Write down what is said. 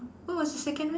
what was the second one